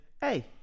hey